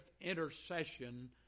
intercession